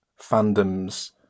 fandom's